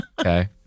Okay